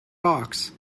box